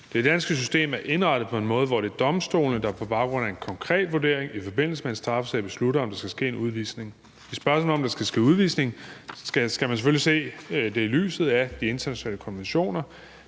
Det danske system er indrettet på en måde, hvor det er domstolene, der på baggrund af en konkret vurdering i forbindelse med en straffesag beslutter, om der skal ske en udvisning. I spørgsmålet om, om der skal ske udvisning, skal man selvfølgelig se det i lyset af de internationale konventioner.